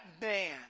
man